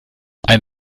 ein